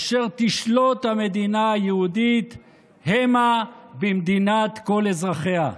אשר תשלוט המדינה היהודית המה במדינת כל אזרחיה.